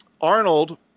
Arnold